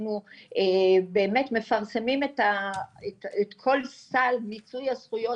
אנחנו באמת מפרסמים את כל סל מיצוי הזכויות